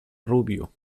rubio